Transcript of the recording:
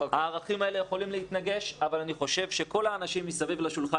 הערכים האלה יכולים להתנגש אבל אני חושב שכל האנשים מסביב לשולחן,